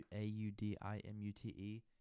A-U-D-I-M-U-T-E